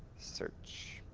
search,